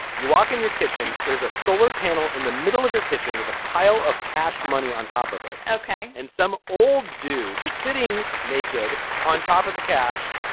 you walk in your kitchen? there's a solar panel in the middle of your kitchen with a pile of cash money on top of it. ok. and some old dudes sitting naked on top of the cash.